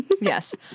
Yes